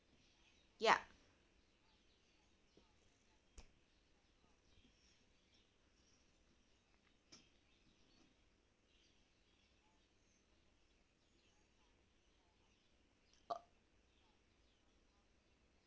yup